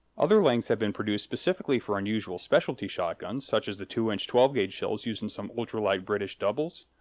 other lengths have been produced specifically for unusual specialty shotguns, such as the two-inch twelve ga shells used in some ultra-light british doubles,